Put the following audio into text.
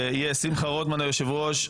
יהיה שמחה רוטמן היושב ראש,